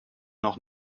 noch